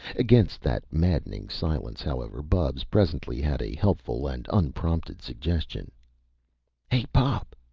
against that maddening silence, however, bubs presently had a helpful and unprompted suggestion hey, pop!